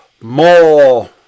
more